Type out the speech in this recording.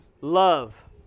love